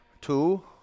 Two